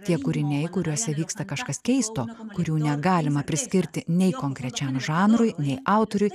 tie kūriniai kuriuose vyksta kažkas keisto kurių negalima priskirti nei konkrečiam žanrui nei autoriui